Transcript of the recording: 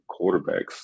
quarterbacks